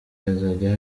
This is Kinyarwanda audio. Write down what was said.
hazajya